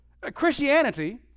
Christianity